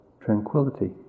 tranquility